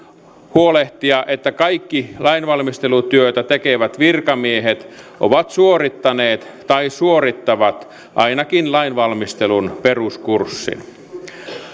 huolehtia että kaikki lainvalmistelutyötä tekevät virkamiehet ovat suorittaneet tai suorittavat ainakin lainvalmistelun peruskurssin